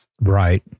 Right